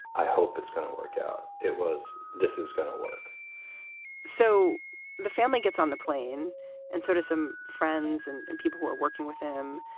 i hope it's going to work out. it was. this is going to work so the family gets on the plane and sort of some friends and and people who are working with him.